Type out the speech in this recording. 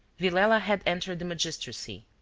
villela had entered the magistracy.